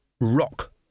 rock